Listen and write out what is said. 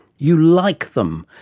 you like them,